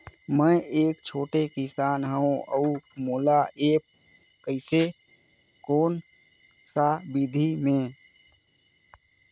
मै एक छोटे किसान हव अउ मोला एप्प कइसे कोन सा विधी मे?